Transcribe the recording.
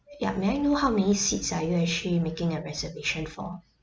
ya may I know how many seats are you actually making a reservation for